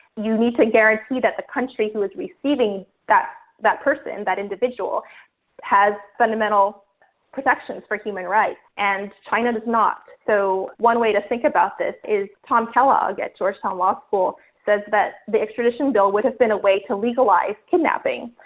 you need to guarantee that the country who is receiving that that person, that individual has fundamental protections for human rights, and china does not. so one way to think about this is tom kellogg at georgetown law school says that the extradition bill would have been a way to legalize kidnapping.